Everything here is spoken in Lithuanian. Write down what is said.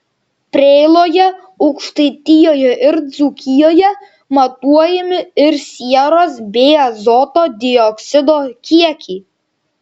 preiloje aukštaitijoje ir dzūkijoje matuojami ir sieros bei azoto dioksido kiekiai